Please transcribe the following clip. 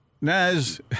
Naz